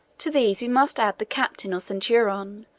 to these we must add the captain or centurion,